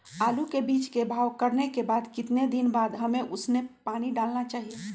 आलू के बीज के भाव करने के बाद कितने दिन बाद हमें उसने पानी डाला चाहिए?